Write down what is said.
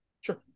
Sure